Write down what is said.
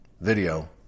video